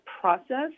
process